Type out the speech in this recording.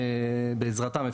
בעזרתם,